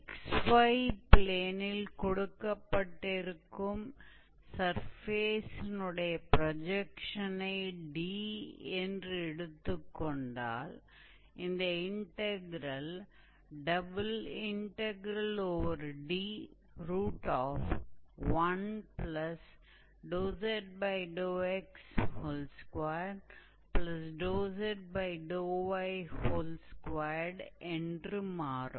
xy ப்ளேனில் கொடுக்கப்பட்டிருக்கும் சர்ஃபேஸினுடைய ப்ரொஜெக்ஷனை D என்று எடுத்துக்கோண்டால் இந்த இன்டக்ரெல் IsD1zx2zy2 என்று மாறும்